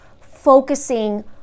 focusing